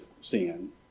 sin